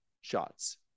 shots